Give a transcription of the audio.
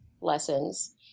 lessons